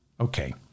Okay